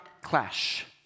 clash